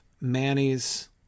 Manny's